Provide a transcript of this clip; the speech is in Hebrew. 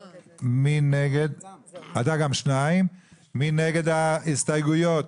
2. מי נגד ההסתייגויות?